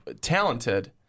talented